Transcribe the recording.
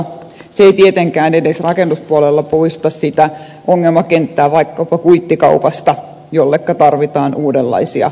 se ei tietenkään edes rakennuspuolella poista ongelmakenttää vaikkapa kuittikaupasta jolle tarvitaan uudenlaisia keinoja